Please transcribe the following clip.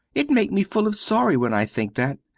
it make me full of sorry when i think that.